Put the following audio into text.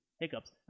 hiccups